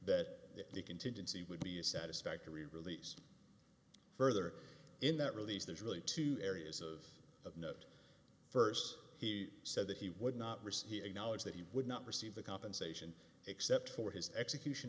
that the contingency would be a satisfactory release further in that release there's really two areas of of note first he said that he would not receive he acknowledge that he would not receive the compensation except for his execution